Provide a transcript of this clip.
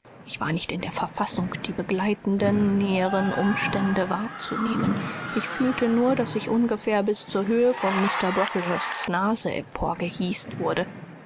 ich war nicht in der verfassung die begleitenden näheren umstände wahrzunehmen ich fühlte nur daß ich ungefähr bis zur höhe von mr brocklehursts nase emporgehißt wurde